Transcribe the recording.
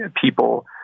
people